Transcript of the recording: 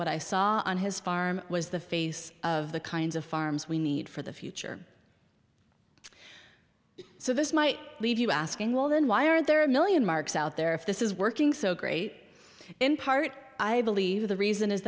what i saw on his farm was the face of the kinds of farms we need for the future so this might leave you asking well then why are there a million marks out there if this is working so great in part i believe the reason is